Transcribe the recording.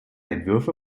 entwürfe